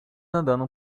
andando